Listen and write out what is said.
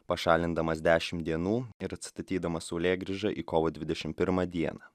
pašalindamas dešimt dienų ir statydamas saulėgrįžą į kovo dvidešimt pirmą dieną